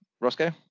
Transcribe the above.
Roscoe